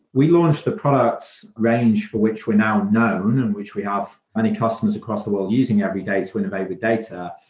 we launched the product range for which we now know and which we have many customers across the world using every day to innovate with data,